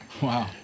Wow